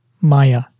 Maya